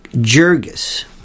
Jurgis